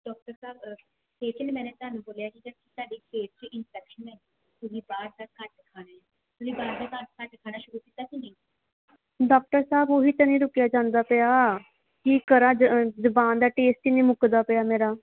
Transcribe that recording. doctor ਸਾਹਬ specially ਮੈਨੇ ਤੁਹਾਨੂੰ ਬੋਲਿਆ ਕਿ ਤੁਹਾਡੀ ਪੇਟ 'ਚ ਇੰਨਫੈਕਸ਼ਨ ਹੈਗੀ ਤੁਸੀਂ ਬਾਹਰ ਦਾ ਘੱਟ ਖਾਣਾ ਤੁਸੀਂ ਬਾਹਰ ਦਾ ਘੱਟ ਖਾਣਾ ਡਾਕਟਰ ਸਾਹਿਬ ਉਹੀ ਤਾਂ ਨਹੀਂ ਰੁਕਿਆ ਜਾਂਦਾ ਪਿਆ ਕੀ ਕਰਾਂ ਜੁਬਾਨ ਦਾ ਟੇਸਟ ਨਹੀਂ ਮੁੱਕਦਾ ਪਿਆ ਮੇਰਾ